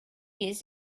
years